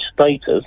status